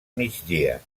migdia